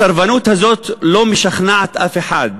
הסרבנות הזאת לא משכנעת אף אחד,